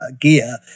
gear